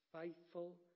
faithful